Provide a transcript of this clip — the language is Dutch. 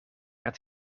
het